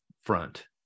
front